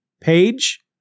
page